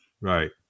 Right